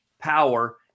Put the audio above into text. power